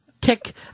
Tick